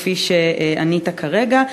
כפי שענית כרגע,